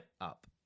up